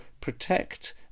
protect